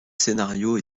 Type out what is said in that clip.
scénario